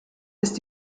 ist